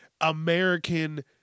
American